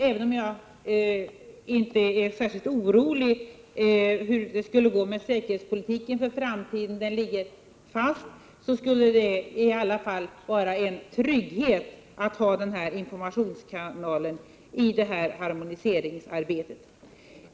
Även om jag inte är särskilt orolig för hur det skulle gå med säkerhetspolitiken för framtiden — den ligger fast — skulle det i alla fall vara en trygghet att ha den här informationskanalen i detta harmoniseringsarbete.